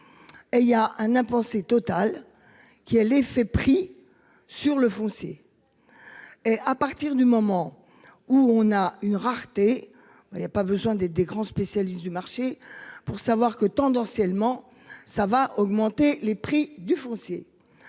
Et il y a un impensé total qui a l'effet prix sur le foncier. Et à partir du moment où on a une rareté. Il a pas besoin des, des grands spécialistes du marché pour savoir que tendanciellement, ça va augmenter les prix du foncier.